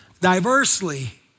diversely